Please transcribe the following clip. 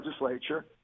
legislature